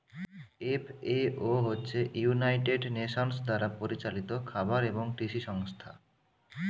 FAO হচ্ছে United Nations দ্বারা পরিচালিত খাবার এবং কৃষি সংস্থা